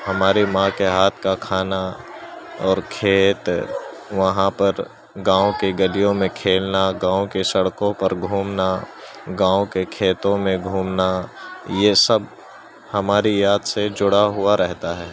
ہماری ماں کے ہاتھ کا کھانا اور کھیت وہاں پر گاؤں کے گلیوں میں کھیلنا گاؤں کے سڑکوں پر گھومنا گاؤں کے کھیتوں میں گھومنا یہ سب ہماری یاد سے جڑا ہوا رہتا ہے